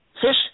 Fish